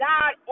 God